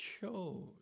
chose